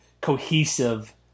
cohesive